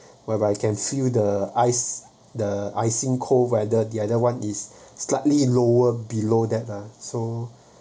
whereby you can feel the ice the icy cold weather the other one is slightly lower below that ah so